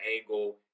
angle